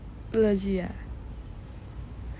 legit ah